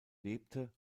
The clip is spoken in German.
lebte